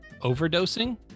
overdosing